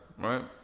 right